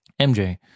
MJ